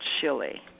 Chile